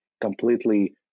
completely